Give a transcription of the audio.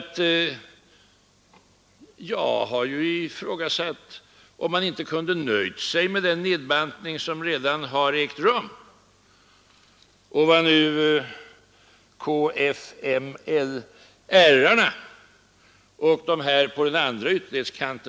Jag har ifrågasatt om man inte kunde ha nöjt sig med den nedbantning som redan har ägt rum.